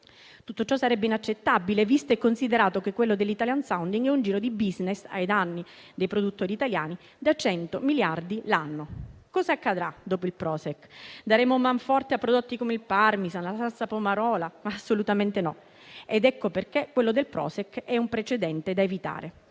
Tutto ciò sarebbe inaccettabile, visto e considerato che l'*italian sounding* genera un giro di *business* ai danni dei produttori italiani da 100 miliardi l'anno. Cosa accadrà dopo il *Prošek*? Daremo man forte a prodotti come il Parmsan o la salsa Pomarola? Assolutamente no: ecco perché il *Prošek* è un precedente da evitare.